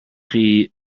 chi